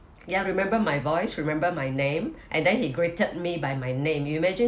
ya remember my voice remember my name and then he greeted me by my name you imagine